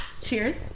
Cheers